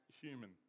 human